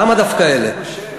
למה דווקא אלה?